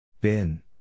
Bin